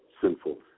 sinful